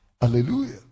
Hallelujah